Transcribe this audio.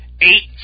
Eight